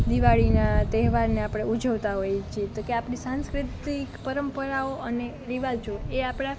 દિવાળીના તહેવારને આપણે ઊજવતાં હોઈએ છીએ તો કે આપણી સાંસ્કૃતિક પરંપરાઓ અને રિવાજો એ આપણા